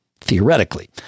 theoretically